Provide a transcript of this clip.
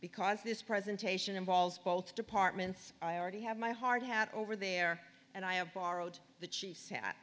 because this presentation involves both departments i already have my hardhat over there and i have borrowed the chief